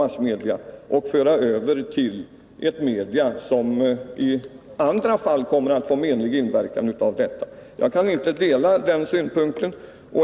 Jag kan inte dela uppfattningen att detta skulle vara riktigt.